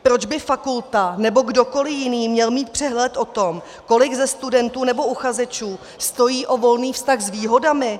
Proč by fakulta nebo kdokoli jiný měl mít přehled o tom, kolik ze studentů nebo uchazečů stojí o volný vztah s výhodami?